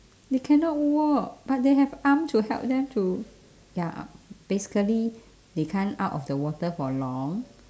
they cannot walk but they have arm to help them to ya basically they can't out of the water for long